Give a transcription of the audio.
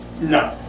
No